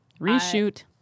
Reshoot